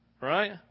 right